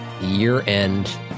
year-end